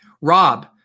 Rob